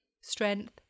Strength